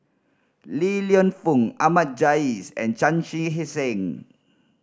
Li Lienfung Ahmad Jais and Chan Chee Seng